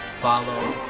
follow